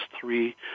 three